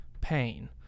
pain